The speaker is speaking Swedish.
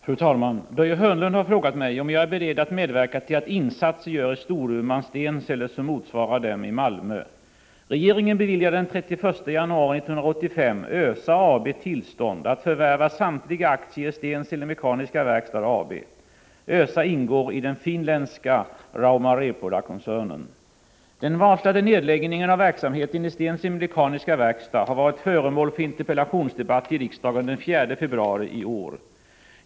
Fru talman! Börje Hörnlund har frågat mig om jag är beredd att medverka till att insatser görs i Storuman-Stensele som motsvarar dem i Malmö. Den varslade nedläggningen av verksamheten i Stensele Mekaniska Verkstad har varit föremål för interpellationsdebatt i riksdagen den 4 februari i år.